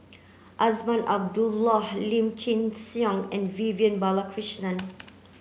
Azman Abdullah Lim Chin Siong and Vivian Balakrishnan